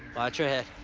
watch your head.